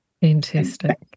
Fantastic